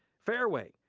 fareway,